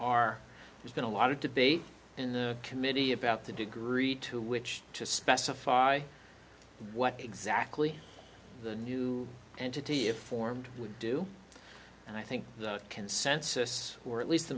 are there's been a lot of debate in the committee about the degree to which to specify what exactly the new entity it formed would do and i think the consensus or at least the